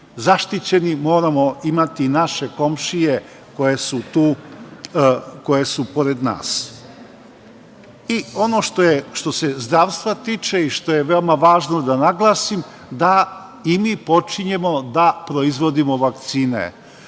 zaštićeni, moramo imati naše komšije koje pored nas. Ono što se zdravstva tiče i što je veoma važno da naglasim, da i mi počinjemo da proizvodimo vakcine.